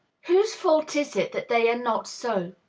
whose fault is it that they are not so?